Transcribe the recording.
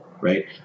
right